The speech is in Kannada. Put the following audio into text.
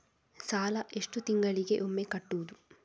ಸಾಲ ಎಷ್ಟು ತಿಂಗಳಿಗೆ ಒಮ್ಮೆ ಕಟ್ಟುವುದು?